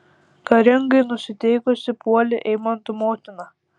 karingai nusiteikusi puolė eimanto motina